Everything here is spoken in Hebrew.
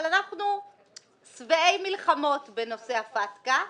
אבל אנחנו שבעי מלחמות בנושא הפטקא,